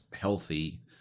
healthy